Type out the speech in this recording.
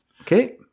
Okay